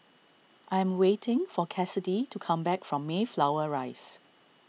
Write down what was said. I am waiting for Cassidy to come back from Mayflower Rise